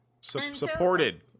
Supported